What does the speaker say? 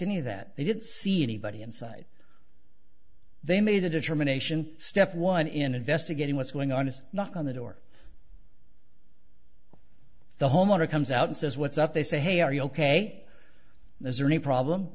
any of that they didn't see anybody inside they made a determination step one in investigating what's going on is knock on the door the homeowner comes out and says what's up they say hey are you ok there's a new problem